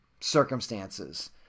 circumstances